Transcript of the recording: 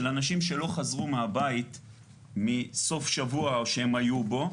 אנשים שלא חזרו מהבית מסופשבוע שהם היו בו,